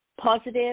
positive